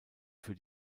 für